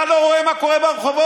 אתה לא רואה מה קורה ברחובות?